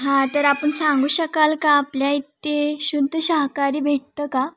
हां तर आपण सांगू शकाल का आपल्या इथे शुद्ध शाकाहारी भेटतं का